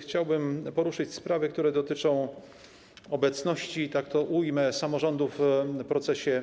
Chciałbym poruszyć sprawy, które dotyczą obecności, tak to ujmę, samorządu w procesie